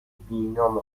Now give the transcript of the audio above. بینام